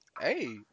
hey